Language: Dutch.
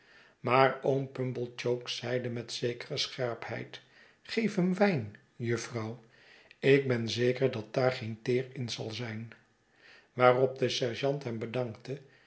maar oom pumblechook zeide met zekere scherpheid geef hem wijn jufvrouw ik ben zeker dat daar geen teer in zal zijn waarop de sergeant hem bedankte